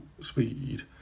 speed